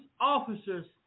officers